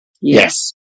Yes